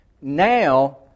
Now